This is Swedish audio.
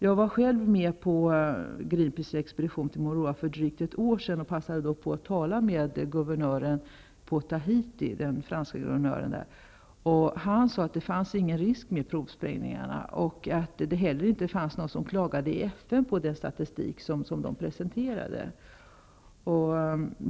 Jag var själv med på den expedition till Mururoa som Greenpeace gjorde för drygt ett år sedan och passade då på att tala med den franske guvernören på Tahiti. Han sade att det inte fanns någon risk med provsprängningarna och att det heller inte fanns någon som klagade i FN på den statistik som presenterades.